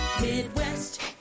Midwest